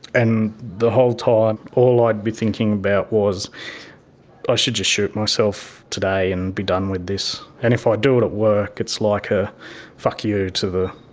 and the whole time all i'd be thinking about was i should just shoot myself today and be done with this, and if i do it at work it's like a fuck you to the